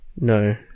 No